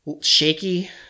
shaky